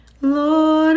Lord